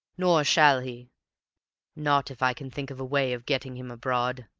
nor shall he not if i can think of a way of getting him abroad.